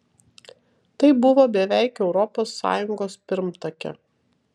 tai buvo beveik europos sąjungos pirmtakė